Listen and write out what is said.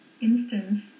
instance